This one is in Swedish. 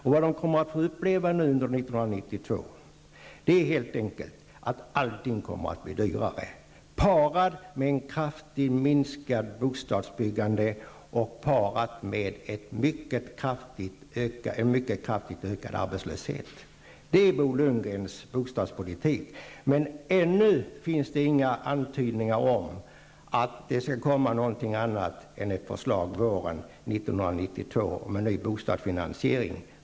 Och vad människor kommer att få uppleva under 1992 är helt enkelt att allting kommer att bli dyrare. Och detta kommer att ske samtidigt med ett kraftigt minskat bostadsbyggande och en mycket kraftigt ökad arbetslöshet. Det är Bo Lundgrens bostadspolitik. Men ännu finns det inga antydningar om att det skall komma någonting annat än ett förslag våren 1992 om en ny bostadsfinasiering.